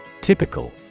Typical